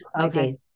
Okay